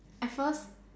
at first